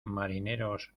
marineros